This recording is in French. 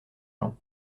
gens